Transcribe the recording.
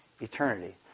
eternity